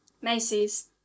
Macy's